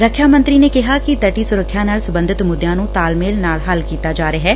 ਰੱਖਿਆ ਮੰਤਰੀ ਨੇ ਕਿਹਾ ਕਿ ਤੱਟੀ ਸੁਰੱਖਿਆ ਨਾਲ ਸਬੰਧਤ ਮੁੱਦਿਆਂ ਨੂੰ ਤਾਲਮੇਲ ਨਾਲ ਹੱਲ ਕੀਤਾ ਜਾ ਰਿਹੈ